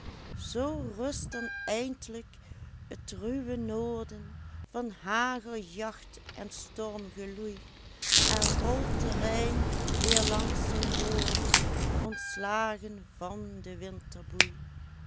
zoo rust dan eindlijk t ruwe noorden van hageljacht en stormgeloei en rolt de rijn weer langs zijn boorden ontslagen van de